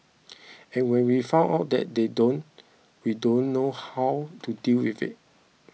and when we found out that they don't we don't know how to deal with it